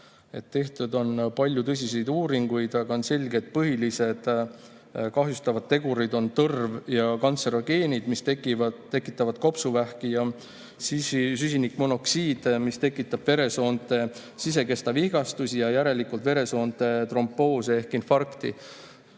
Tehtud on palju tõsiseid uuringuid, aga on selge, et põhilised kahjustavad tegurid on tõrv ja kantserogeenid, mis tekitavad kopsuvähki, ja süsinikmonooksiid, mis tekitab veresoonte sisekesta vigastusi ja järelikult veresoonte tromboosi ehk infarkti.